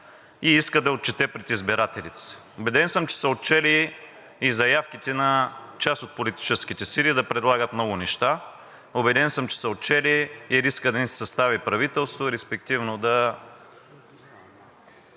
и иска да се отчете пред избирателите си. Убеден съм, че са отчели и заявките на част от политическите сили да предлагат много неща. Убеден съм, че са отчели и риска да не се състави правителство, респективно